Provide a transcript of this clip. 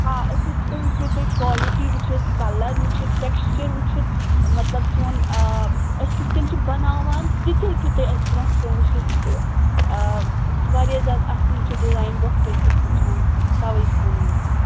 آ أسۍ حظ چھِ تۄہہِ ہیٚکِو تُہۍ کالٹی وُچھِتھ کَلَر وُچھِتھ ٹٮ۪کسچَر وُچھِتھ مطلب سون آ أسۍ کِتھٕ کٔنۍ چھِ بَناوان تِتہِ ہیٚکِو تُہۍ اَسہِ برٛونٛہہ کَنہِ وُچھِتھ تہٕ آ واریاہ زیادٕ اَصٕل چھِ ڈِزایِن برٛونٛٹھٕ کَنہِ أسۍ وُچھان تَوَے ووٚنوٕ مےٚ